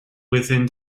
within